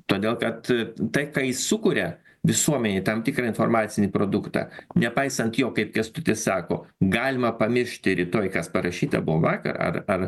todėl kad tai ką jis sukuria visuomenei tam tikrą informacinį produktą nepaisant jo kaip kęstutis sako galima pamiršti rytoj kas parašyta buvo vakar ar ar